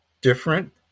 different